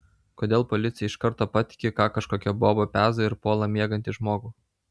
kodėl policija iš karto patiki ką kažkokia boba peza ir puola miegantį žmogų